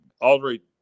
Audrey